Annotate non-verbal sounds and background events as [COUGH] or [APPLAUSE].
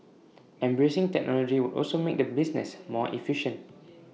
[NOISE] embracing technology would also make the business more efficient